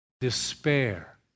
despair